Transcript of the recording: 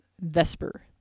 Vesper